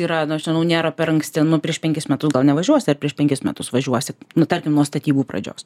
yra nu aš nežinau nėra per anksti nu prieš penkis metus gal nevažiuosi ar prieš penkis metus važiuosi nu tarkim nuo statybų pradžios